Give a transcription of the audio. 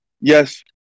yes